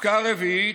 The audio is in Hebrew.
עסקה רביעית,